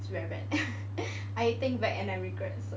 it's very bad I think back and I regret also